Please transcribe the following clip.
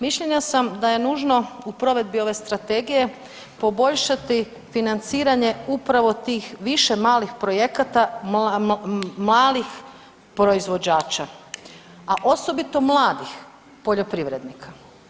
Mišljenja sam da je nužno u provedbi ove strategije poboljšati financiranje upravo tih više malih projekata malih proizvođača, a osobito mladih poljoprivrednika.